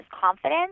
confidence